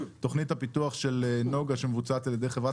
תוכנית הפיתוח של נגה שמבוצעת על ידי חברת